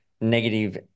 negative